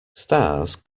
stars